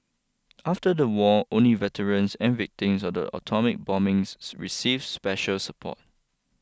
after the war only veterans and victims of the atomic bombings receive special support